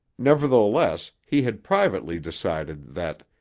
nevertheless, he had privately decided that,